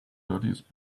thirties